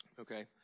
okay